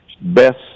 best